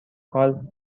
کال